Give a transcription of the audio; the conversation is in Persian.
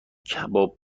کباب